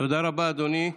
תודה רבה, אדוני.